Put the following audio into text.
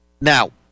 Now